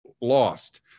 lost